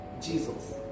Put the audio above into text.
Jesus